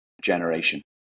generation